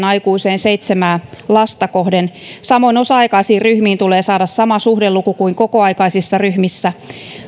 aikuiseen seitsemää lasta kohden samoin osa aikaisiin ryhmiin tulee saada sama suhdeluku kuin kokoaikaisissa ryhmissä